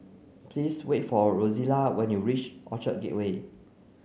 please wait for Rozella when you reach Orchard Gateway